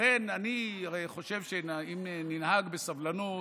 לכן, אני חושב שאם ננהג בסבלנות